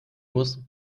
muss